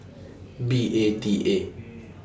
B A T A